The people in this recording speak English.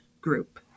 group